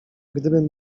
gdybym